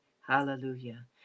hallelujah